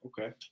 Okay